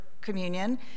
communion